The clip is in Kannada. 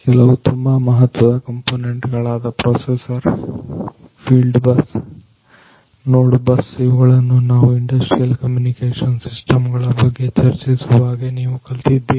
ಕೆಲವು ತುಂಬಾ ಮಹತ್ವದ ಕಂಪೋನೆಂಟ್ ಗಳಾದ processor field bus node bus ಇವುಗಳನ್ನು ನಾವು ಇಂಡಸ್ಟ್ರಿಯಲ್ ಕಮ್ಯುನಿಕೇಶನ್ ಸಿಸ್ಟಮ್ ಗಳ ಬಗ್ಗೆ ಚರ್ಚಿಸುವಾಗ ನೀವು ಕಲಿತಿದ್ದೀರಿ